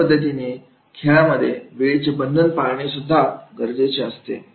अशा पद्धतीने खेळामध्ये वेळेचे बंधन पाळणे गरजेचे असते